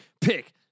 Pick